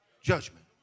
Judgment